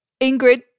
Ingrid